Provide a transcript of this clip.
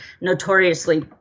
notoriously